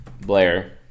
Blair